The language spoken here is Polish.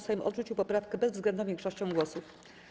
Sejm odrzucił poprawkę bezwzględną większością głosów.